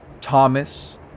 Thomas